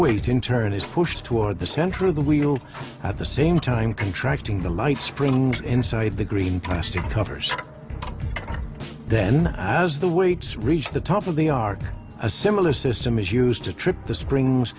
weight in turn is pushed toward the center of the wheel at the same time contracting the light springs inside the green plastic covers then i as the weights reach the top of the arc a similar system is used to trip the springs